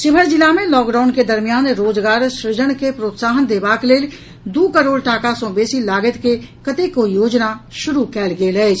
शिवहर जिला मे लॉकडाउन के दरमियान रोजगार सृजन के प्रोत्साहन देबाक लेल दू करोड़ टाका सँ बेसी लागति के कतेको योजना शुरू कयल गेल अछि